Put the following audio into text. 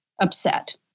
upset